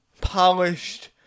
polished